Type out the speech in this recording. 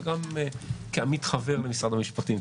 וגם כעמית חבר במשרד המשפטים,